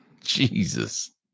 Jesus